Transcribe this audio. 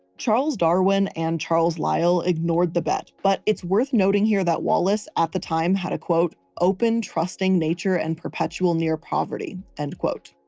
charles darwin and charles lyle ignored the bet but it's worth noting here that wallace at the time had a quote, open trusting nature and perpetual near-poverty, end quote.